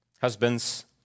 Husbands